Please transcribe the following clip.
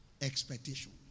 Expectation